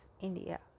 India